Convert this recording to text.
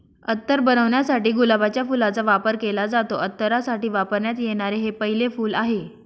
अत्तर बनवण्यासाठी गुलाबाच्या फुलाचा वापर केला जातो, अत्तरासाठी वापरण्यात येणारे हे पहिले फूल आहे